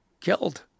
killed